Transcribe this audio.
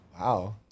Wow